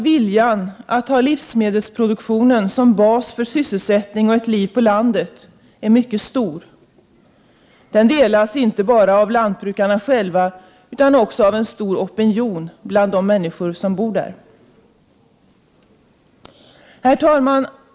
+ Viljan att ha livsmedelsproduktion som bas för sysselsättning och liv på landet är mycket stor. Den omfattas inte bara av lantbrukarna själva, utan också av opinionen bland de människor som bor i sådana områden. Herr talman!